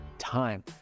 time